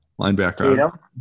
linebacker